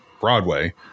Broadway